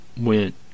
went